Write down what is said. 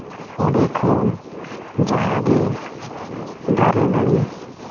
ᱚᱸᱰᱮ ᱠᱷᱚᱱ ᱡᱟᱦᱟᱸ ᱜᱮ ᱫᱟᱨᱮᱼᱱᱟᱹᱲᱤ